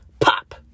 pop